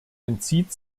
entzieht